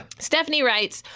stephanie writes,